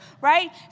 right